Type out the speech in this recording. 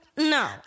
no